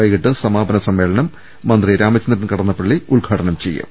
വൈകിട്ട് സമാ പന സമ്മേളനം മന്ത്രി രാമചന്ദ്രൻ കടന്നപ്പള്ളി ഉദ്ഘാ ടനം ചെയ്യും